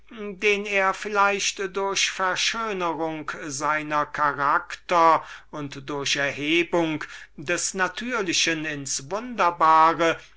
den er vielleicht durch verschönerung seiner charakter und durch erhebung des natürlichen ins wunderbare